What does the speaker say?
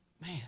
Man